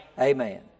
Amen